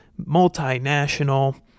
multinational